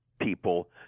people